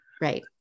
Right